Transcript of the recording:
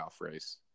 race